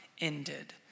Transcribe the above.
ended